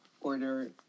order